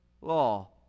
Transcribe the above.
law